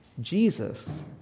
Jesus